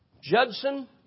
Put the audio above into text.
Judson